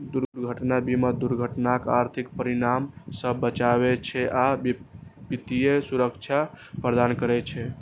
दुर्घटना बीमा दुर्घटनाक आर्थिक परिणाम सं बचबै छै आ वित्तीय सुरक्षा प्रदान करै छै